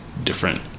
different